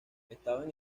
estaban